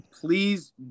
please